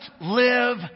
live